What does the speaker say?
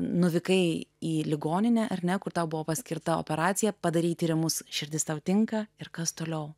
nuvykai į ligoninę ar negu tau buvo paskirta operacija padaryti ir mūsų širdis tau tinka ir kas toliau